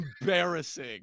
embarrassing